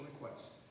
request